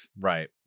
Right